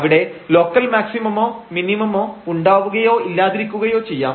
അവിടെ ലോക്കൽ മാക്സിമമോ മിനിമമോ ഉണ്ടാവുകയോ ഇല്ലാതിരിക്കുകയോ ചെയ്യാം